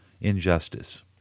injustice